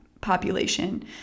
population